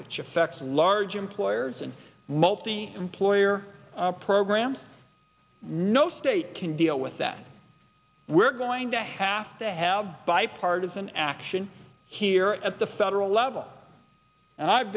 which affects large employers and multi employer program no state can deal with that we're going to have to have bipartisan action here at the federal level